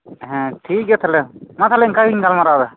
ᱦᱮᱸ ᱴᱷᱤᱠ ᱜᱮᱭᱟ ᱛᱟᱦᱞᱮ ᱢᱟ ᱛᱟᱦᱞᱮ ᱤᱱᱠᱟᱹᱜᱮᱧ ᱜᱟᱞᱢᱟᱨᱟᱣ ᱮᱫᱟ